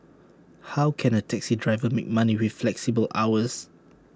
how can A taxi driver make money with flexible hours